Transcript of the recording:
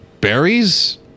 berries